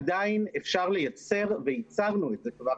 עדיין אפשר לייצר וייצרנו את זה כבר,